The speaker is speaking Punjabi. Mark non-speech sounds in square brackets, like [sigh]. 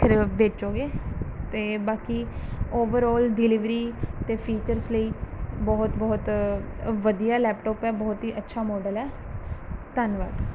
[unintelligible] ਵੇਚੋਗੇ ਅਤੇ ਬਾਕੀ ਓਵਰਆਲ ਡਿਲੀਵਰੀ ਅਤੇ ਫੀਚਰਸ ਲਈ ਬਹੁਤ ਬਹੁਤ ਅ ਵਧੀਆ ਲੈਪਟੋਪ ਹੈ ਬਹੁਤ ਹੀ ਅੱਛਾ ਮੋਡਲ ਹੈ ਧੰਨਵਾਦ